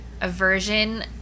aversion